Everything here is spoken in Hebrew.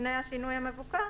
לפני השינוי המבוקש,